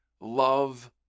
love